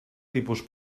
tipus